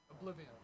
Oblivion